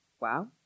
Wow